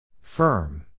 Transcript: Firm